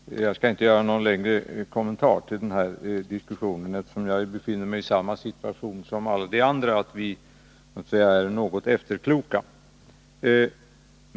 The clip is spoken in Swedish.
Herr talman! Jag skall inte göra någon längre kommentar till den här diskussionen, eftersom jag befinner mig i samma situation som alla de andra, dvs. att vi är något efterkloka.